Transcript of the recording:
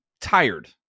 tired